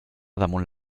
damunt